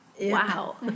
Wow